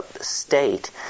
state